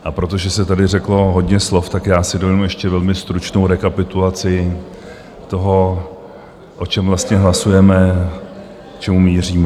A protože se tady řeklo hodně slov, tak já si dovolím ještě velmi stručnou rekapitulaci toho, o čem vlastně hlasujeme, k čemu míříme.